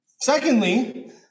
Secondly